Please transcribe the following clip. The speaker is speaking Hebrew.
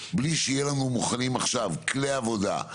בלי שיהיו לנו מוכנים עכשיו כלי עבודה,